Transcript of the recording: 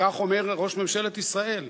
וכך אומר ראש ממשלת ישראל.